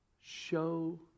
show